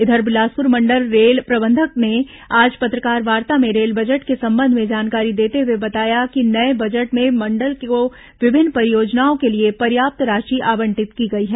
इधर बिलासपुर मंडल रेल प्रबंधक ने आज पत्रकारवार्ता में रेल बजट के संबंध में जानकारी देते हुए बताया कि नये बजट में मंडल को विभिन्न परियोजनाओं के लिए पर्याप्त राशि आवंटित की गई है